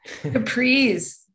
Capris